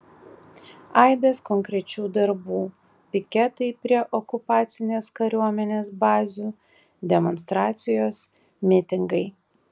aibės konkrečių darbų piketai prie okupacinės kariuomenės bazių demonstracijos mitingai